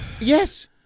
Yes